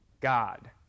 God